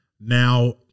Now